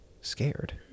Scared